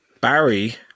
Barry